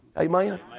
Amen